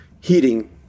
heating